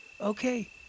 Okay